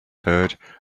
herd